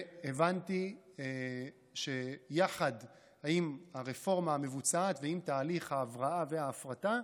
והבנתי שיחד עם הרפורמה המבוצעת ועם תהליך ההבראה וההפרטה,